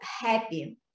happy